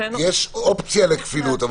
היא אומרת שיש אופציה לכפילות,